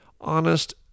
honest